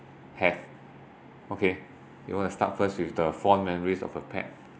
have okay you wanna start first with the fond memories of a pet